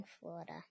Florida